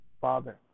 father